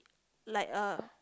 like a